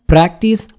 Practice